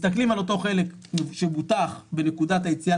מסתכלים על אותו חלק שבוטח בנקודת היציאה